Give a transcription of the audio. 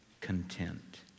content